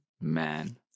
man